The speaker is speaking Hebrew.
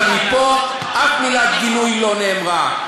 אבל מפה אף מילת גינוי לא נאמרה.